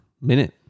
minute